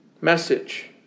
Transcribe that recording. message